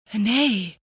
Nay